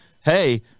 hey